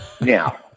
Now